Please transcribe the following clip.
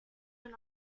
were